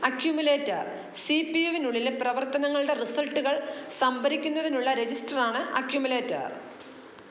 accumulator C P യുവിനുള്ളിലെ പ്രവർത്തനങ്ങളുടെ റിസൾട്ടുകൾ സംഭരിക്കുന്നതിനുള്ള രജിസ്റ്റർ ആണ് അക്യുമുലേറ്റർ